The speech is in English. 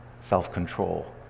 self-control